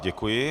Děkuji.